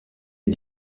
est